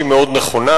שהיא מאוד נכונה.